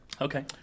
Okay